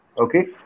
Okay